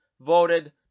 voted